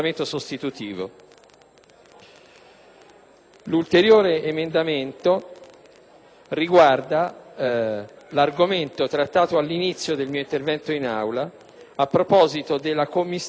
L'emendamento 2.305 riguarda l'argomento trattato all'inizio del mio intervento in Aula, a proposito della commistione poco convincente tra